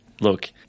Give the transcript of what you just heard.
look